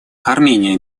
армения